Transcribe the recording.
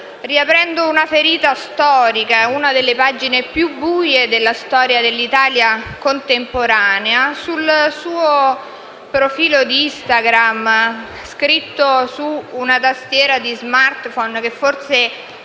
riaprendo una ferita storica, una delle pagine più buie della storia dell'Italia contemporanea, sul suo profilo di Instagram - lo ha scritto sulla tastiera di una *smartphone*, che forse